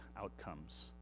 outcomes